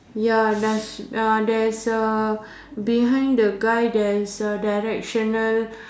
ya does uh there's a behind the guy there's a directional